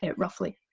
and roughly,